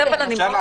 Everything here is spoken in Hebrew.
דבר עם